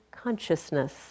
consciousness